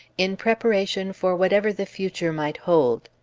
in preparation for whatever the future might hold.